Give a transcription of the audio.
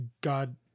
God